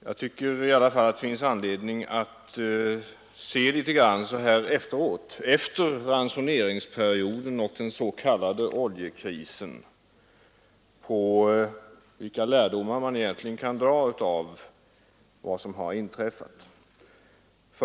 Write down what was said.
Jag tycker att det finns anledning att efter ransoneringsperiodens och den s.k. oljekrisens slut se litet på vilka lärdomar man kan dra av det som inträffat.